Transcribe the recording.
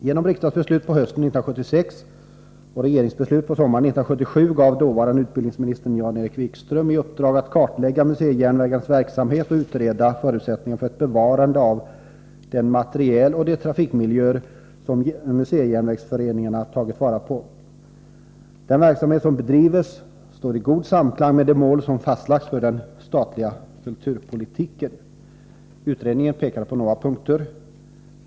Genom riksdagsbeslut på hösten 1976 och regeringsbeslut på sommaren 1977 gav dåvarande utbildningsministern Jan-Erik Wikström en utredning i uppdrag att kartlägga museijärnvägarnas verksamhet och utreda förutsättningarna för ett bevarande av den materiel och de trafikmiljöer som museijärnvägsföreningarna tagit vara på. Den verksamhet som bedrivs står i god samklang med de mål som fastlagts för den statliga kulturpolitiken. Utredningen pekade på några punkter!